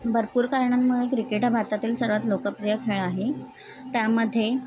भरपूर कारणांमुळे क्रिकेट ह्या भारतातील सर्वात लोकप्रिय खेळ आहे त्यामध्ये